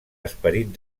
esperit